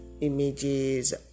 images